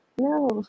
no